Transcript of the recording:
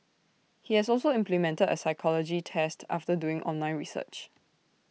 he has also implemented A psychology test after doing online research